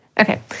Okay